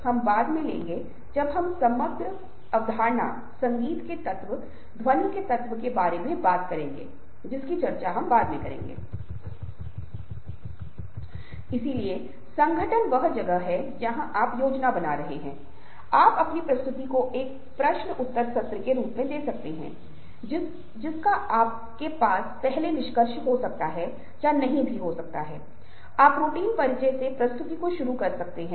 हम पाते हैं कि मैंने जो पहला अंक बनाया था वह 20 वीं शताब्दी में विजुअल्स के बढ़ने और उसकी व्यापकता के बारे में था क्योंकि आज भी होर्डिंग्स एनिमेटेड हैं यदि आप क्रिकेट स्टेडियम को देखे यदि आप उन सीमाओं को देखे जिन्हें आप विज़ुअल मानते हैं वो एनिमेटेड हैं